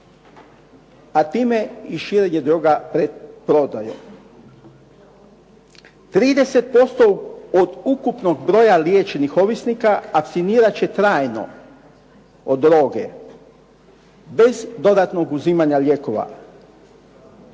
a time i širenje droga pred prodaju. 30% od ukupnog broja liječenih ovisnika apstinirat će trajno od droge bez dodatnog uzimanja lijekova.